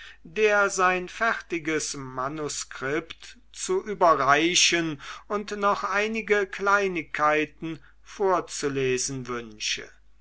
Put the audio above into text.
der sein fertiges manuskript zu überreichen und noch einige kleinigkeiten vorzulesen wünsche